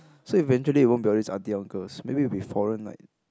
so eventually it won't be all these auntie uncles maybe it will be foreign like